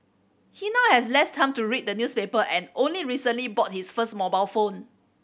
he now has less time to read the newspaper and only recently bought his first mobile phone